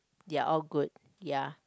they are all good ya